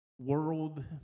world